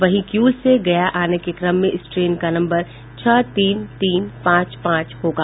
वहीं किउल से गया आने के क्रम मे इस ट्रेन का नम्बर छह तीन तीन पांच पांच होगा